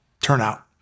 turnout